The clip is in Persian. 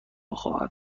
خواهد